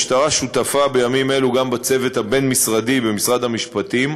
המשטרה שותפה בימים אלו גם בצוות הבין-משרדי במשרד המשפטים